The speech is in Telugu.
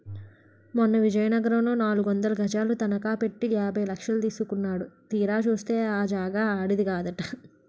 మొన్న విజయనగరంలో నాలుగొందలు గజాలు తనఖ పెట్టి యాభై లక్షలు తీసుకున్నాడు తీరా చూస్తే ఆ జాగా ఆడిది కాదట